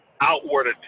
outward